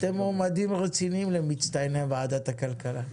אתם מועמדים רציניים למצטייני ועדת הכלכלה.